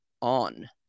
on